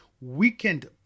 weakened